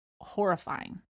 horrifying